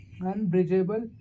unbridgeable